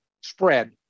spread